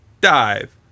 Dive